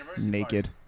naked